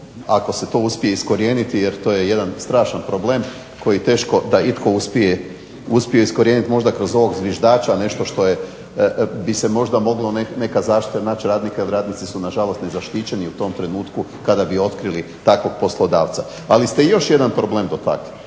ako se to uspije iskorijeniti, jer to je jedan strašan problem koji teško da itko uspio iskorijeniti. Možda kroz ovog zviždača nešto što je, bi se možda moglo neka zaštita naći radnika jer radnici su na žalost nezaštićeni u tom trenutku kada bi otkrili takvog poslodavca. Ali ste još jedan problem dotakli,